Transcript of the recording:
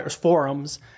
forums